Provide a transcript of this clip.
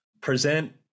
present